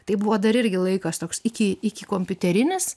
tai buvo dar irgi laikas toks iki iki kompiuterinis